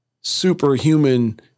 superhuman